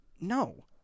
No